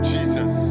Jesus